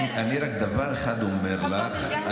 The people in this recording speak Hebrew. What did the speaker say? אני רק דבר אחד אומר לך,